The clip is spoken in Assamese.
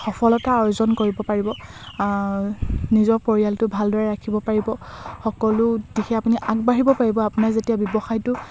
সফলতা অৰ্জন কৰিব পাৰিব নিজৰ পৰিয়ালটো ভালদৰে ৰাখিব পাৰিব সকলো দিশে আপুনি আগবাঢ়িব পাৰিব আপোনাৰ যেতিয়া ব্যৱসায়টো